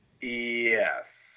Yes